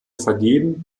vergeben